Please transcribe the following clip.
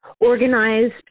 organized